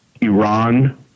Iran